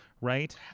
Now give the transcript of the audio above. Right